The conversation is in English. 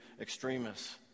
extremists